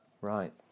Right